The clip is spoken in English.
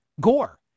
Gore